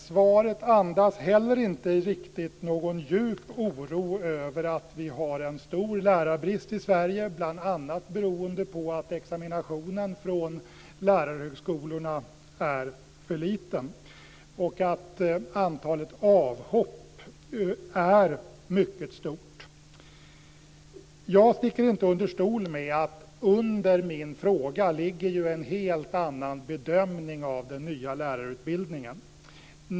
Svaret andas heller inte riktigt någon djup oro över att vi har en stor lärarbrist i Sverige, bl.a. beroende på att examinationen från lärarhögskolorna är för liten och att antalet avhopp är mycket stort. Jag sticker inte under stol med att det under min fråga ligger en helt annan bedömning av den nya lärarutbildningen.